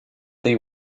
tej